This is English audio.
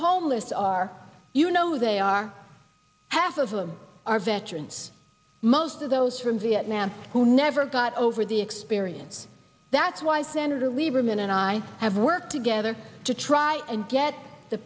homeless are you know they are half of them are veterans most of those from viet nam who never got over the experience that's why senator lieberman and i have worked together to try and get the